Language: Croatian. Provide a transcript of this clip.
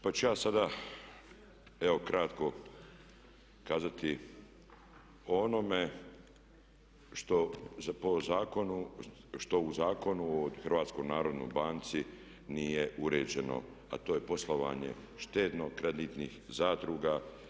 Pa ću ja sada evo kratko kazati o onome što u Zakonu o HNB-u nije uređeno, a to je poslovanje štedno-kreditnih zadruga.